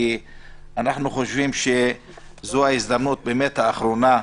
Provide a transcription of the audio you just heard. כי אנחנו חושבים שזאת ההזדמנות האחרונה באמת,